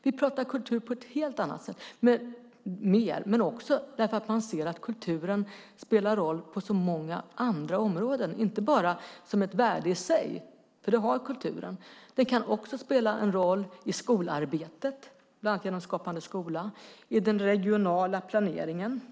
Vi pratar mer om kultur på ett helt annat sätt därför att vi ser att kulturen spelar roll på så många andra områden, inte bara som ett värde i sig, vilket kulturen har. Den kan också spela en roll i skolarbetet, bland annat genom Skapande skola, och i den regionala planeringen.